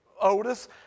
Otis